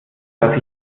dass